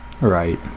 right